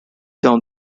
down